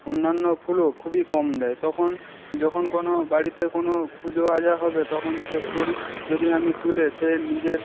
অন্যান্য ফুলও খুবই কম দেয় তখন যখন কোনো বাড়িতে কোনো পূজো আচরা হবে তখন সে ফুল যদি আমি তুলে সে নিজের